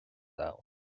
domhan